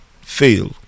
fail